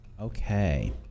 Okay